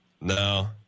No